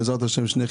בעזרת השם שלא